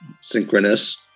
synchronous